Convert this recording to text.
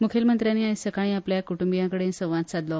मुखेलमंत्र्यांनी आयज सकाळी आपल्या कुट्टंबियांकडेन संवाद सादलो